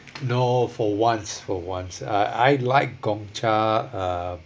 no for once for once uh I like gong cha uh